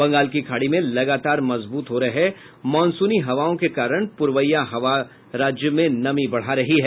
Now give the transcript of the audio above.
बंगाल की खाड़ी में लगातार मजबूत हो रहे मॉनसूनी हवाओं के कारण प्रवैया हवा राज्य में नमी बढ़ा रही है